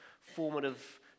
formative